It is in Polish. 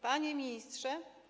Panie Ministrze!